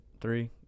three